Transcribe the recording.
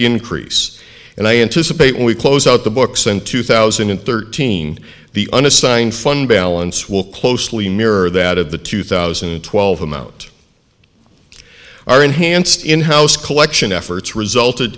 increase and i anticipate we close out the books in two thousand and thirteen the unassigned fund balance will closely mirror that of the two thousand and twelve amount our enhanced in house collection efforts resulted